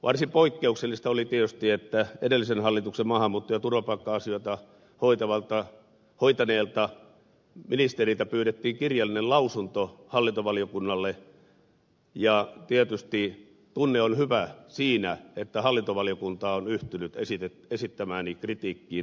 varsin poikkeuksellista oli tietysti että edellisen hallituksen maahanmuutto ja turvapaikka asioita hoitaneelta ministeriltä pyydettiin kirjallinen lausunto hallintovaliokunnalle ja tietysti tunne on hyvä siinä että hallintovaliokunta on yhtynyt esittämääni kritiikkiin